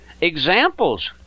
examples